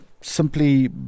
simply